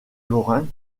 laurens